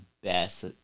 best